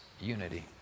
unity